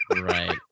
Right